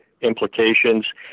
implications